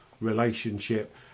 relationship